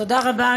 תודה רבה.